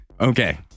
Okay